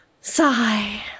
Sigh